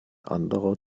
anderer